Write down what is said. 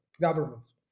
governments